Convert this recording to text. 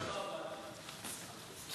רק לכבודך באתי.